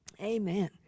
Amen